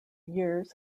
years